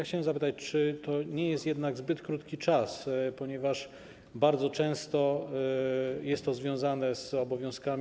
Chciałem zapytać, czy to nie jest jednak zbyt krótki czas, ponieważ bardzo często jest to związane z obowiązkami.